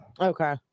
Okay